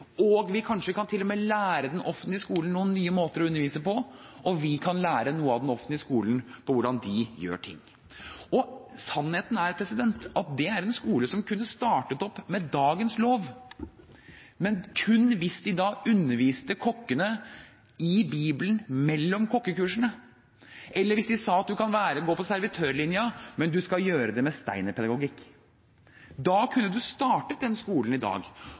Vi kan kanskje til og med lære den offentlige skolen noen nye måter å undervise på, og vi kan lære noe av den offentlige skolen om hvordan de gjør ting. Sannheten er at dette er en skole som kunne startet opp med dagens lov, men kun hvis de da underviste kokkene i Bibelen mellom kokkekursene, eller hvis de sa at du kan gå på servitørlinjen, men du skal gjøre det med steinerpedagogikk. Da kunne man startet den skolen i dag.